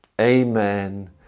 amen